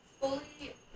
fully